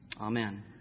amen